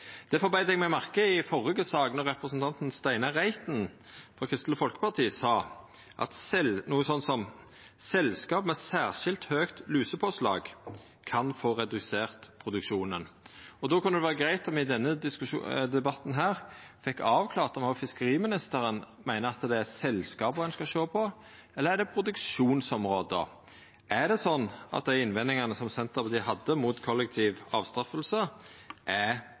Difor beit eg meg merke i i førre sak at representanten Steinar Reiten frå Kristeleg Folkeparti sa noko sånn som at selskap med særskilt høge lusepåslag kan få redusert produksjonen. Då kunne det vera greitt om me i denne debatten fekk avklart om òg fiskeriministeren meiner at det er selskapa ein skal sjå på, eller om det er produksjonsområda. Er det sånn at dei innvendingane som Senterpartiet hadde mot kollektiv avstraffing, er